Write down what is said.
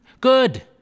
Good